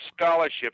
scholarships